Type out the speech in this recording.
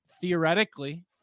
Theoretically